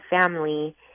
family